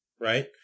Right